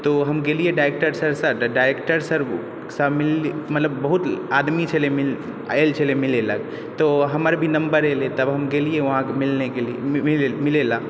तऽ हम गेलियै डाइरेक्टर सरसँ तऽ डाइरेक्टर सरसँ मिललियै मतलब बहुत आदमी छलय आएल छलय मिलय लऽ तऽ हमर भी नम्बर एलय तब हम गेलियै वहाँ मिलनेके लिए मिलय लऽ